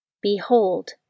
Behold